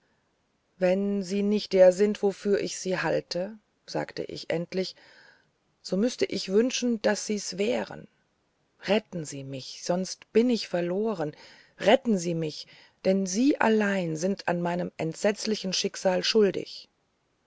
wenn sie nicht der sind wofür ich sie halte sagte ich endlich so müßte ich wünschen daß sie es wären retten sie mich sonst bin ich verloren retten sie mich denn sie allein sind an meinem entsetzlichen schicksal schuldig